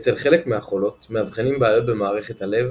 אצל חלק מהחולות מאבחנים בעיות במערכת הלב,